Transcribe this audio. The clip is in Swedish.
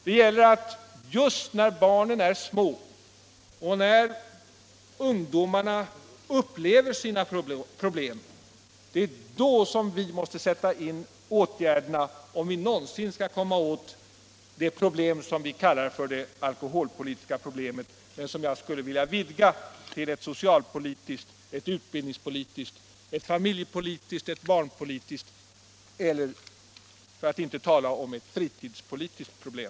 Det är just när barnen är små och ungdomarna upplever sina problem som vi måste sätta in åtgärderna, om vi någonsin skall kunna lösa det problem som vi kallar det alkoholpolitiska problemet men som jag även skulle vilja kalla ett socialpolitiskt, ett utbildningspolitiskt, ett familjepolitiskt och ett barnpolitiskt problem — för att inte tala om ett fritidspolitiskt problem.